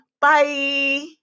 Bye